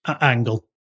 angle